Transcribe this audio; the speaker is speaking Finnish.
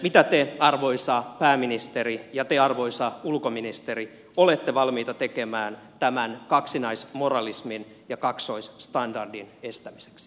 mitä te arvoisa pääministeri ja te arvoisa ulkoministeri olette valmiita tekemään tämän kaksinaismoralismin ja kaksoisstandardin estämiseksi